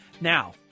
Now